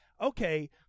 okay